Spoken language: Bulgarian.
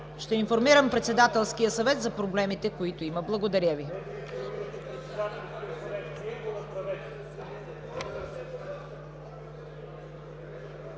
Ще информирам Председателския съвет за проблемите. Благодаря Ви.